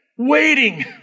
Waiting